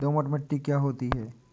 दोमट मिट्टी क्या होती हैं?